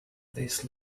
this